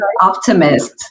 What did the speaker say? optimist